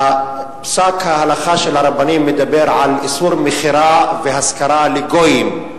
פסק ההלכה של הרבנים מדבר על איסור מכירה והשכרה לגויים.